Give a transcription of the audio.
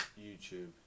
youtube